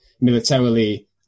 militarily